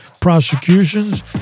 Prosecutions